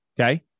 Okay